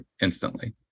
instantly